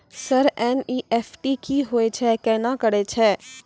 Sir NEFT की होय छै, केना करे छै?